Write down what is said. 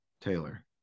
taylor